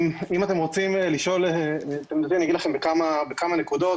אם אתם רוצים לשאול, אני אגיד לכם בכמה נקודות